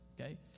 okay